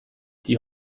die